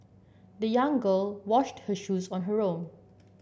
the young girl washed her shoes on her own